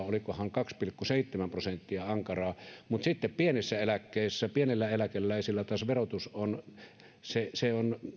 olikohan kaksi pilkku seitsemän prosenttia ankaraa mutta sitten taas pienissä eläkkeissä pienillä eläkeläisillä verotus on